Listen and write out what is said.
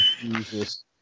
Jesus